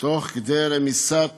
תוך כדי רמיסת